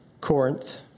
Corinth